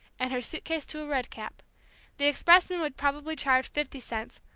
and her suitcase to a red-cap the expressman would probably charge fifty cents,